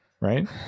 right